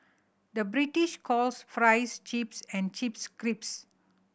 the British calls fries chips and chips crisps